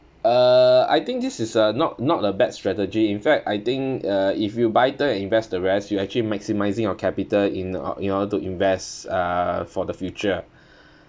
uh I think this is a not not a bad strategy in fact I think uh if you buy term and invest the rest you actually maximising your capital in uh in order to invest uh for the future